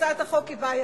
הצעת החוק היא בעייתית.